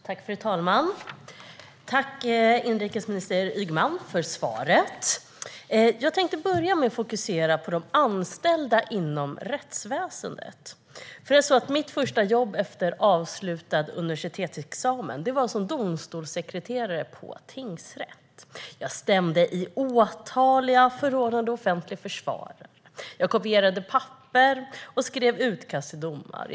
Fru talman! Jag tackar inrikesminister Ygeman för svaret. Jag tänkte börja med att fokusera på de anställda inom rättsväsendet. Mitt första jobb efter universitetsexamen var som domstolssekreterare vid en tingsrätt. Jag stämde i åtal, och jag förordnade offentlig försvarare. Jag kopierade papper och skrev utkast till domar.